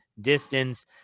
distance